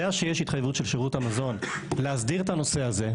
שיש התחייבות של שירות המזון להסדיר את הנושא הזה,